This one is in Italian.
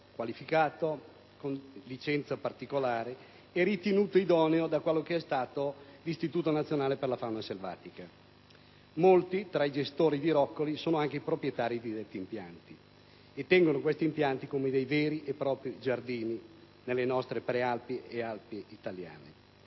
qualificato, con licenza particolare, ritenuto idoneo da quello che è stato l'Istituto nazionale per la fauna selvatica. Molti tra i gestori dei roccoli sono anche i proprietari di detti impianti e li tengono come veri e propri giardini nelle nostre Prealpi e Alpi italiane.